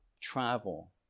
Travel